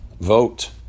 Vote